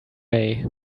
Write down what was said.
may